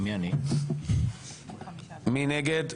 מי נגד?